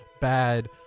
bad